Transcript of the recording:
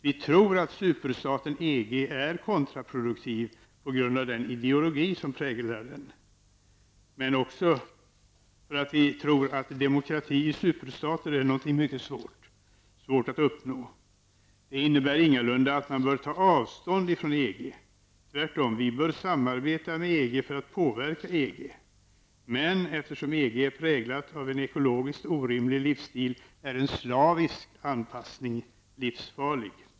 Vi tror att superstaten EG är kontraproduktiv på grund av den ideologi som präglar den, men också för att vi tror att demokrati i superstater är något som är mycket svårt att uppnå. Det innebär ingalunda att man bör ta avstånd från EG. Tvärtom bör vi samarbeta med EG för att påverka EG. Men eftersom EG är präglat av en ekologiskt orimlig livsstil är en slavisk anpassning livsfarlig.